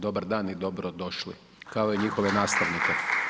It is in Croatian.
Dobar dan i dobro došli! … Kao i njihove nastavnike.